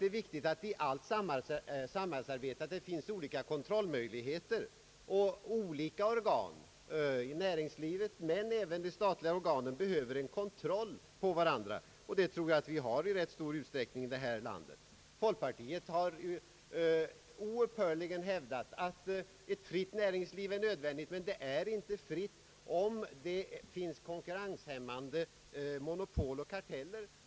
Det är viktigt att det i allt samhällsarbete finns olika kontrollmöjligheter. Olika organ i näringslivet men även statliga organ behöver en kontroll på varandra. Jag tror att en sådan kontroll i stor utsträckning förekommer här i landet. Folkpartiet har oupphörligen hävdat att ett fritt näringsliv är nödvändigt, men det är inte fritt om det finns konkurrenshämmande monopol och karteller.